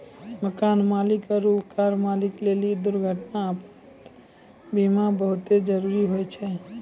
मकान मालिक आरु कार मालिक लेली दुर्घटना, आपात बीमा बहुते जरुरी होय छै